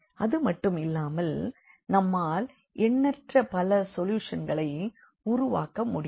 அதுமட்டுமல்லாமல் நம்மால் எண்ணற்ற பல சொல்யூஷன்களை உருவாக்க முடியும்